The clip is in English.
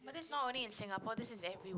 but this is not only in Singapore this is everywhere